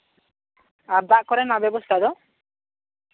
ᱟᱨ ᱫᱟᱜ ᱠᱚᱨᱮᱱᱟᱜ ᱵᱮᱵᱚᱥᱛᱷᱟ ᱫᱚ